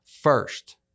first